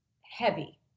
heavy